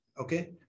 Okay